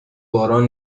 باران